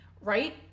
right